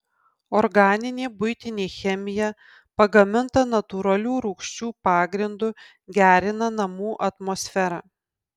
organinė buitinė chemija pagaminta natūralių rūgščių pagrindu gerina namų atmosferą